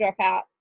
dropout